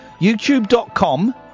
YouTube.com